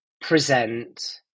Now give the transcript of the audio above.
present